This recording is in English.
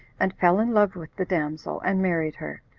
and fell in love with the damsel, and married her,